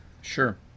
Sure